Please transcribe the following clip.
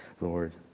Lord